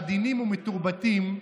עדינים ומתורבתים,